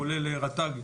כולל רט"ג,